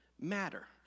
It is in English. matter